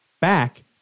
Back